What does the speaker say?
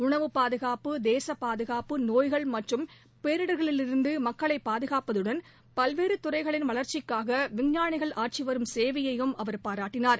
உணவு பாதுகாப்பு தேச பாதுகாப்பு நோய்கள் மற்றும் பேரிடர்களிலிருந்து மக்களை பாதுகாப்பதுடன் பல்வேறு துறைகளின் வளர்ச்சிக்காக விஞ்ஞானிகள் ஆற்றிவரும் சேவையையும் அவர் பாராட்டினார்